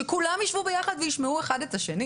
שכולם ישבו ביחד וישמעו האחד את השני